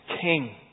King